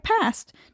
past